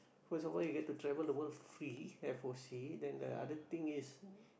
first of all you get to travel the world free f_o_c then the other thing is